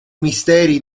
misteri